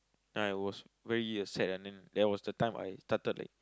I was very uh sad and then that was the time I started like